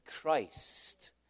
Christ